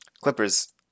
Clippers